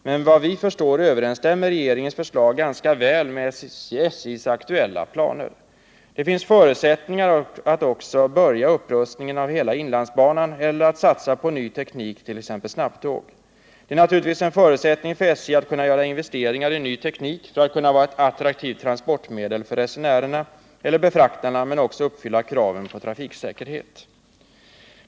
Men vad vi förstår överensstämmer regeringens förslag ganska väl med SJ:s aktuella planer. Det finns förutsättningar att också börja upprustningen av hela inlandsbanan eller att satsa på en ny teknik, t.ex. snabbtåg. Det är naturligtvis en förutsättning för SJ att kunna göra investeringar i ny teknik för att järnvägen på så sätt skall kunna vara ett attraktivt transportmedel för resenärerna eller befraktarna men också för att den skall kunna uppfylla kraven på trafiksäkerhet.